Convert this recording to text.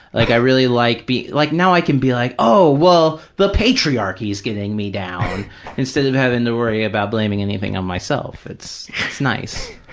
like, i really like be, like now i can be like, oh, well, the patriarchy is getting me down instead of having to worry about blaming anything on myself. it's nice,